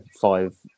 five